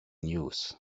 news